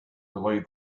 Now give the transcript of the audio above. delayed